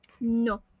no